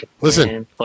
Listen